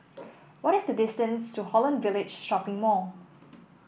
what is the distance to Holland Village Shopping Mall